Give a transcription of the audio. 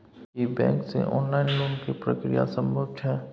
की bank से online loan के प्रक्रिया संभव छै?